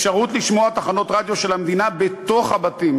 אפשרות לשמוע תחנות רדיו של המדינה בתוך הבתים,